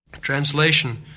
Translation